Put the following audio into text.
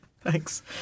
Thanks